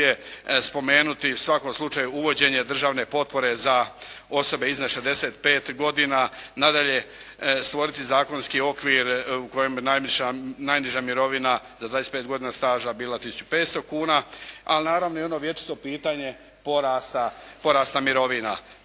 slučaju uvođenje državne potpore za osobe iznad 65 godina. Nadalje stvoriti zakonski okvir u kojem najniža mirovina za 25 godina staža bila 1500 kuna. Ali naravno i ono vječito pitanje porasta mirovina,